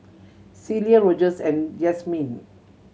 Celia Rogers and Yasmine